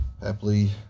Happily